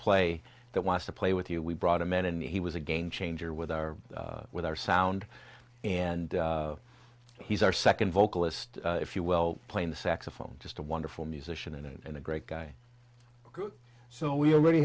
play that wants to play with you we brought a man and he was a game changer with our with our sound and he's our second vocalist if you will playing the saxophone just a wonderful musician and a great guy so we already